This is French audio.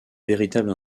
véritable